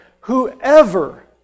Whoever